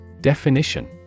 Definition